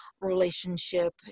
relationship